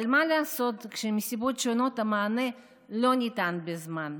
אבל מה לעשות כשמסיבות שונות המענה לא ניתן בזמן?